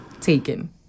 taken